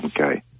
Okay